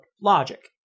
logic